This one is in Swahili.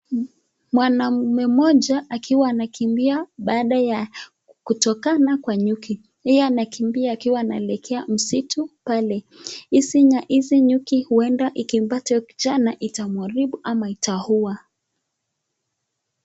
Mwanaume mmoja akiwa anakimbia baada ya kutokana kwa nyuki. Yeye anakimbia akiwa anaelekea msitu pale. Hizi nyuki huenda ikipata huyu kijana itamharibu ama itaua.